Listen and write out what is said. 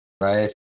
right